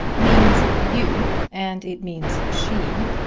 means you, and it means she,